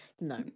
no